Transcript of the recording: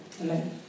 Amen